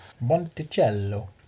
Monticello